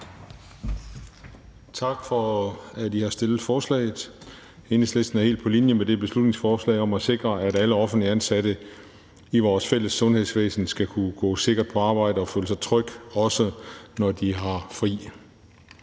Tak for, at I har fremsat forslaget. Enhedslisten er helt på linje med beslutningsforslaget om at sikre, at alle offentligt ansatte i vores fælles sundhedsvæsen skal kunne gå sikkert på arbejde og føle sig trygge, også når de har fri.